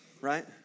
Right